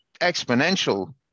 exponential